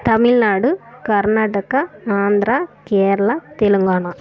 Tamil Nadu Karnataka Andhra Kerala Telangana